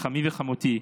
לחמי ולחמותי,